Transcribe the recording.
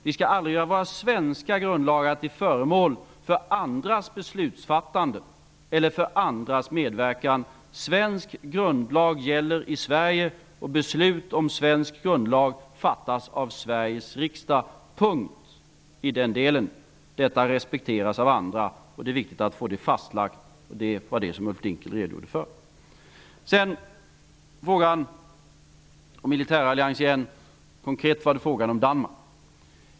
Vi skall aldrig göra våra svenska grundlagar till föremål för andras beslutsfattande eller för andras medverkan. Svensk grundlag gäller i Sverige. Beslut om svensk grundlag fattas av Sveriges riksdag. Därmed sätter vi punkt i den delen. Detta respekteras av andra. Det är viktigt att få det fastlagt. Det redogjorde Ulf Låt mig sedan gå över till frågan om militärallians igen. Konkret var det frågan om Danmark.